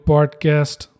Podcast